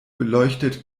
beleuchtet